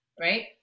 Right